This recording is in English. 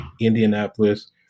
Indianapolis